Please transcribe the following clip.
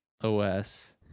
OS